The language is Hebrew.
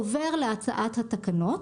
עובר להצעת התקנות.